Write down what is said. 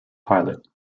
pilot